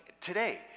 today